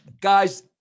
Guys